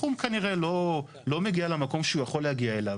התחום כנראה לא מגיע למקום שהוא יכול להגיע אליו.